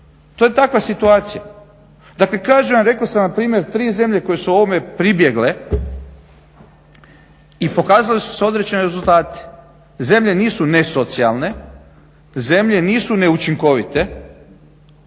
to je takva situacija. Dakle kažem vam rekao sam primjer tri zemlje koje su ovome pribjegle i pokazali su se odlični rezultati. Zemlje nisu nesocijalne, zemlje nisu neučinkovite,